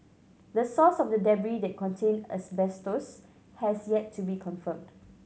the source of the debris that contained asbestos has yet to be confirmed